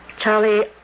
Charlie